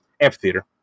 Amphitheater